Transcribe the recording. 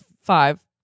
Five